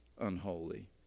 unholy